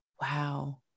Wow